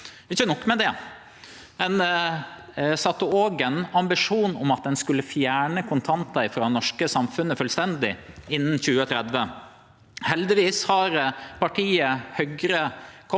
Ikkje nok med det: Ein sette òg ein ambisjon om at ein skulle fjerne kontantar frå det norske samfunnet fullstendig innan 2030. Heldigvis har partiet Høgre kome